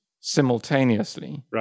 simultaneously